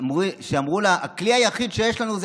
יותר שאמרו לה: הכלי היחיד שיש לנו זה